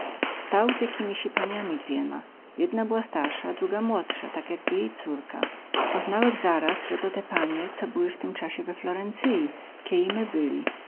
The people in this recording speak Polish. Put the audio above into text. stał z jakimisi paniami dwiema jedna była starsa druga młodsa tak jakby jej córka poznałech zaraz ze to te panie co były w tym casie we florencyi kie i my byli